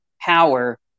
power